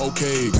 Okay